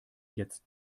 jetzt